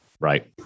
Right